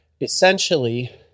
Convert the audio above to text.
Essentially